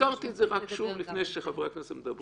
הזכרתי את זה רק שוב לפני שחברי הכנסת מדברים.